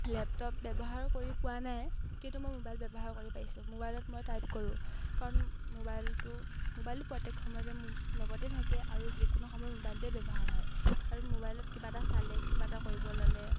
laptop ব্যৱহাৰ কৰি পোৱা নাই কিন্তু মই মোবাইল ব্যৱহাৰ কৰি পাইছোঁ মোবাইলত মই টাইপ কৰোঁ কাৰণ মোবাইলটো মোবাইলটো প্ৰত্যেক সময়তে মোৰ লগতেই থাকে আৰু যিকোনো সময়ত মোবাইলটোৱে ব্যৱহাৰ হয় আৰু মোবাইলত কিবা এটা চালে কিবা এটা কৰিব ল'লে